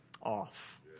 off